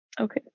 Okay